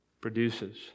produces